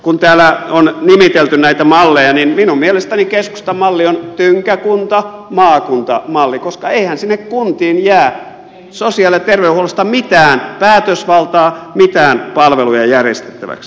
kun täällä on nimitelty näitä malleja niin minun mielestäni keskustan malli on tynkäkuntamaakunta malli koska eihän sinne kuntiin jää sosiaali ja terveydenhuollosta mitään päätösvaltaa mitään palveluja järjestettäväksi